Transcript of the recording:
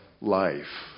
life